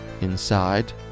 Inside